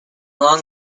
long